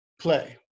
play